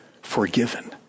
Forgiven